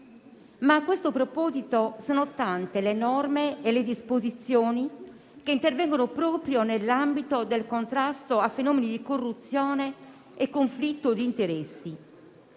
ma a questo proposito sono tante le norme e le disposizioni che intervengono proprio nell'ambito del contrasto a fenomeni di corruzione e conflitto di interessi.